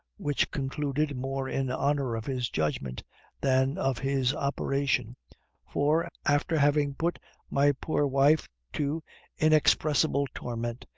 which concluded more in honor of his judgment than of his operation for, after having put my poor wife to inexpressible torment,